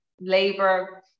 labor